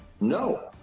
no